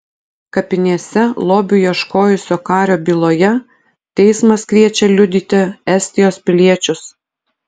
kapinėse lobių ieškojusio kario byloje teismas kviečia liudyti estijos piliečius